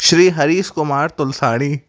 Shri Harish Kumar Tulsani